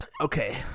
Okay